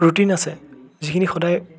protein আছে যিখিনি সদায়